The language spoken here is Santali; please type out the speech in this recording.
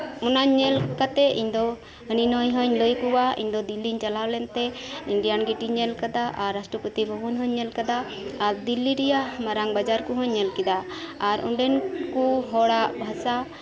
ᱚᱱᱟ ᱧᱮᱞ ᱠᱟᱛᱮᱫ ᱤᱧᱫᱚ ᱦᱟᱹᱱᱤ ᱱᱩᱭ ᱦᱚᱧ ᱞᱟᱹᱭ ᱟᱠᱚᱣᱟ ᱫᱤᱞᱞᱤᱧ ᱪᱟᱞᱟᱣ ᱞᱮᱱᱛᱮ ᱤᱱᱰᱤᱭᱟᱱ ᱜᱮᱴᱤᱧ ᱧᱮᱞ ᱟᱠᱟᱫᱟ ᱟᱨ ᱨᱟᱥᱴᱚᱨᱚᱯᱚᱛᱤ ᱵᱷᱚᱵᱚᱱ ᱦᱚᱧ ᱧᱮᱞ ᱟᱠᱟᱫᱟ ᱟᱨ ᱫᱤᱞᱞᱤ ᱨᱮᱭᱟᱜ ᱢᱟᱨᱟᱝ ᱵᱟᱡᱟᱨ ᱠᱚᱦᱚᱸᱧ ᱧᱮᱞ ᱠᱮᱫᱟ ᱟᱨ ᱚᱸᱰᱮᱱ ᱠᱚ ᱦᱚᱲᱟᱜ ᱵᱷᱟᱥᱟ